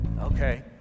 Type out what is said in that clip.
okay